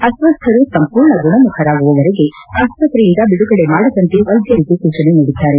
ಅಸ್ವಸ್ಥರು ಸಂಪೂರ್ಣ ಗುಣಮುಖರಾಗುವವರೆಗೆ ಆಸ್ತಕ್ರೆಯಿಂದ ಬಿಡುಗಡೆ ಮಾಡದಂತೆ ವೈದ್ಯರಿಗೆ ಸೂಚನೆ ನೀಡಿದ್ದಾರೆ